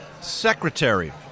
secretary